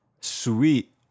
Sweet